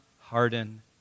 harden